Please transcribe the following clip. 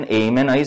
amen